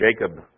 Jacob